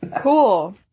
cool